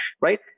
right